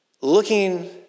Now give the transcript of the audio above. looking